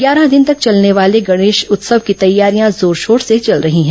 ग्यारह दिन तक चलने वाले गणेश उत्सव की तैयारियां जोर शोर से चल रही हैं